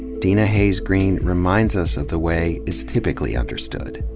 deena hayes-greene reminds us of the way it's typically understood.